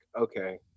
okay